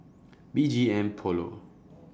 B G M Polo